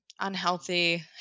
unhealthy